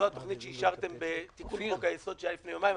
זו התוכנית שאישרתם בתיקון חוק היסוד שהיה לפני יומיים.